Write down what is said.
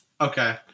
Okay